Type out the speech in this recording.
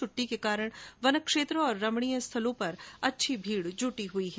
छुट्टी के कारण वन क्षेत्र और रमणीय स्थलों पर अच्छी भीड़ जुटी हुई है